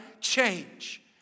change